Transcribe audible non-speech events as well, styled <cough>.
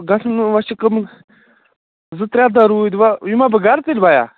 گژھُن اوس <unintelligible> زٕ ترٛےٚ دۄہ روٗدۍ ۅۅنۍ وۅنۍ یِما بہٕ گَرٕ تیٚلہِ بیا